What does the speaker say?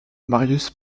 marius